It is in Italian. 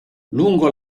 lungo